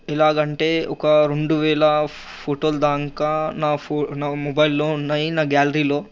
ఎలాగంటే ఒక రెండు వేల ఫొటోలు దాకా నా ఫో నా మొబైల్లో ఉన్నయి నా గ్యాలరీలో